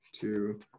two